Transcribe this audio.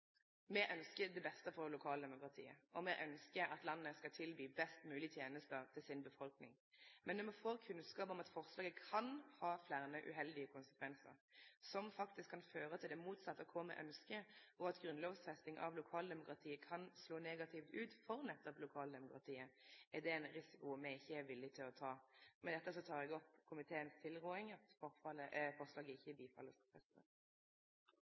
Me ynskjer det beste for lokaldemokratiet, og me ynskjer at landet skal tilby best mogleg tenester til befolkninga si. Men når me får kunnskap om at forslaget kan ha fleire uheldige konsekvensar – som faktisk kan føre til det motsette av kva me ynskjer, og at grunnlovfesting av lokaldemokratiet kan slå negativt ut for nettopp lokaldemokratiet, er det ein risiko me ikkje er villige til å ta. Med dette tilrår eg